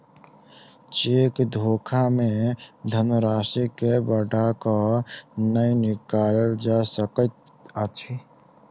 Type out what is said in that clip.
cheque धोखा मे धन राशि के बढ़ा क नै निकालल जा सकैत अछि